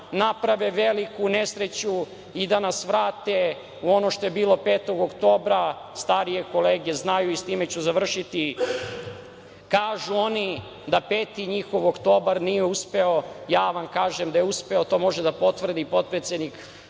naprave veliku nesreću i da nas vrate u ono što je bilo 5. oktobra, starije kolege znaju, i s time ću završiti, kažu oni da peti njihov oktobar nije uspeo, ja vam kažem da je uspeo. To može da potvrdi potpredsednik